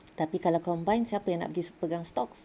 tapi kalau combine siapa yang nak pergi pegang stocks